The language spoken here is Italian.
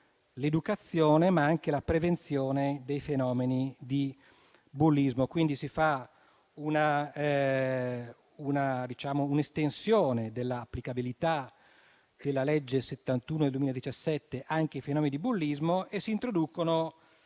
l'educazione, ma anche la prevenzione dei fenomeni di bullismo. Quindi si fa un'estensione dell'applicabilità della legge n. 71 del 2017 anche ai fenomeni di bullismo e si introducono